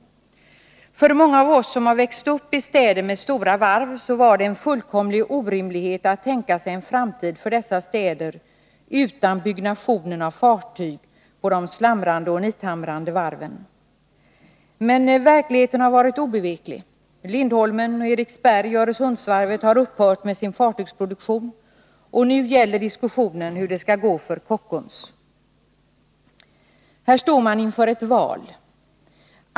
För många av oss som har växt upp i städer med stora varv var det en fullkomlig orimlighet att tänka sig en framtid för dessa städer utan byggnationerna av fartyg på de slamrande och nithamrande varven. Men verkligheten har varit obeveklig. Lindholmen, Eriksberg, Öresunds varvet har upphört med sin fartygsproduktion, och nu gäller diskussionen hur det skall gå för Kockums. Här står man inför ett val.